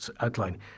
outline